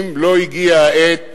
אם לא הגיעה העת